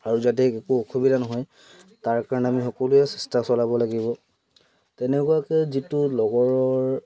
আৰু যাতে একো অসুবিধা নহয় তাৰ কাৰণে আমি সকলোৱে চেষ্টা চলাব লাগিব তেনেকুৱাকৈ যিটো লগৰৰ